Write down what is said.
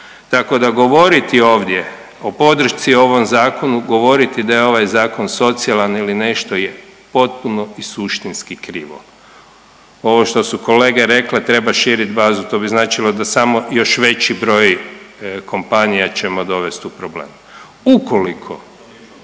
Tako da govoriti ovdje o podršci ovom Zakonu, govoriti da je ovaj Zakon socijalan ili nešto je potpuno i suštinski krivo. Ovo što su kolege rekle treba širiti bazu. To bi značilo da samo još veći broj kompanija ćemo dovesti u problem.